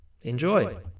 Enjoy